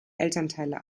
elternteile